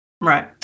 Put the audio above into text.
Right